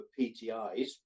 PTIs